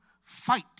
fight